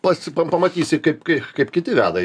pats pamatysi kaip kai kaip kiti veda